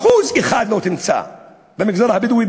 1% לא תמצא במגזר הבדואי,